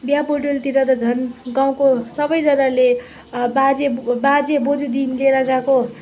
बिहाबटुलतिर त झन गाउँको सबैजनाले बाजे बाजे बोजूदेखि लिएर गएको